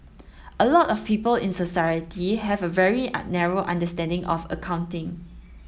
a lot of people in society have a very a narrow understanding of accounting